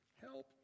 Help